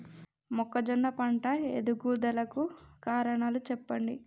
మొక్కజొన్న పంట ఎదుగుదల కు కారణాలు చెప్పండి?